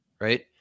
right